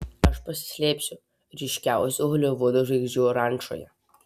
aš pasislėpsiu ryškiausių holivudo žvaigždžių rančoje